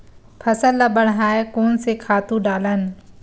फसल ल बढ़ाय कोन से खातु डालन?